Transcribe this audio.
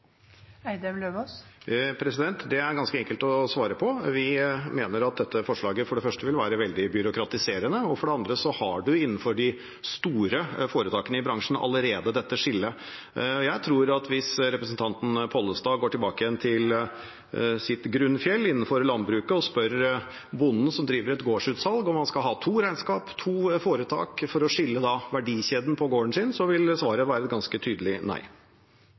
Det er det ganske enkelt å svare på. Vi mener at dette forslaget for det første vil være veldig byråkratiserende, og for det andre har man innenfor de store foretakene i bransjen allerede dette skillet. Jeg tror at hvis representanten Pollestad går tilbake igjen til sitt grunnfjell innenfor landbruket og spør bonden som driver et gårdsutsalg, om han skal ha to regnskap, to foretak for å skille verdikjeden på gården sin, vil svaret være ganske tydelig nei.